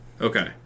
Okay